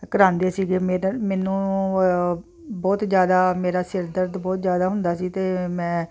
ਕਰਵਾਉਂਦੇ ਸੀਗੇ ਮੇਰੇ ਮੈਨੂੰ ਬਹੁਤ ਜ਼ਿਆਦਾ ਮੇਰਾ ਸਿਰ ਦਰਦ ਬਹੁਤ ਜ਼ਿਆਦਾ ਹੁੰਦਾ ਸੀ ਅਤੇ ਮੈਂ